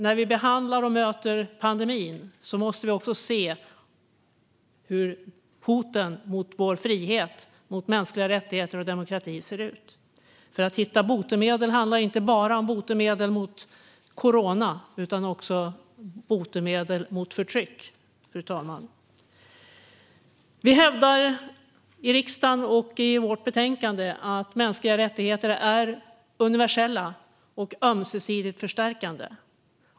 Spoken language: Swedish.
När vi möter pandemin måste vi också se hur hoten mot vår frihet, mänskliga rättigheter och demokrati ser ut, för att hitta botemedel handlar inte bara om botemedel mot corona utan också mot förtryck, fru talman. Vi hävdar i riksdagen och i vårt betänkande att mänskliga rättigheter är universella och ömsesidigt förstärkande.